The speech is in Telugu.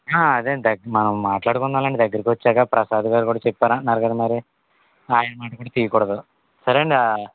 అదే అండి ద మనం మాట్లాడుకుందాములేండి దగ్గరికొచ్చాక ప్రసాద్ గారు కూడా చెప్పారంటున్నారు మరి ఆయన మాటకూడా తీయకూడదు సరే అండి